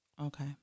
Okay